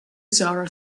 zara